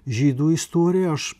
žydų istoriją aš